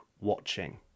watching